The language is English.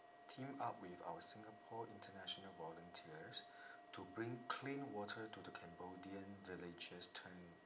team up with our singapore international volunteers to bring clean water to the cambodian villages